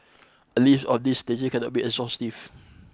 a list of this cannot be exhaustive